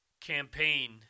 campaign